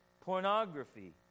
pornography